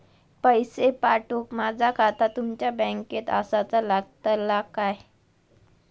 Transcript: पैसे पाठुक माझा खाता तुमच्या बँकेत आसाचा लागताला काय?